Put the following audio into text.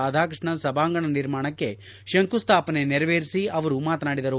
ರಾಧಾಕೃಷ್ಣನ್ ಸಭಾಂಗಣ ನಿರ್ಮಾಣಕ್ಕೆ ಶಂಕುಸ್ಥಾಪನೆ ನೆರವೇರಿಸಿ ಅವರು ಮಾತನಾಡಿದರು